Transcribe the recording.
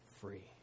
free